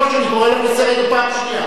אני קורא אותך לסדר פעם ראשונה.